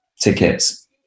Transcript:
tickets